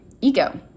ego